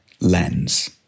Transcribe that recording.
lens